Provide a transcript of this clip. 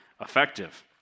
effective